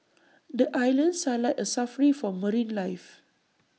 the islands are like A Safari for marine life